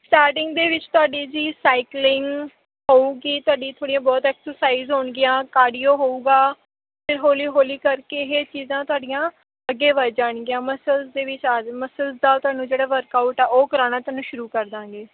starting ਦੇ ਵਿੱਚ ਤੁਹਾਡੀ ਜੀ ਸਾਈਕਲਿੰਗ ਹੋਵੇਗੀ ਤੁਹਾਡੀ ਥੋੜ੍ਹੀਆਂ ਬਹੁਤ ਐਕਸਰਸਾਈਜ਼ ਹੋਣਗੀਆਂ ਕਾਡੀਓ ਹੋਵੇਗਾ ਅਤੇ ਹੌਲੀ ਹੌਲੀ ਕਰਕੇ ਇਹ ਚੀਜ਼ਾਂ ਤੁਹਾਡੀਆਂ ਅੱਗੇ ਵੱਧ ਜਾਣਗੀਆਂ ਮਸਲਸ ਦੇ ਵਿੱਚ ਆ ਜਾਓ ਮਸਲਸ ਨਾਲ ਤੁਹਾਨੂੰ ਜਿਹੜਾ ਵਰਕਆਊਟ ਆ ਉਹ ਕਰਾਉਣਾ ਤੁਹਾਨੂੰ ਸ਼ੁਰੂ ਕਰ ਦਾਂਗੇ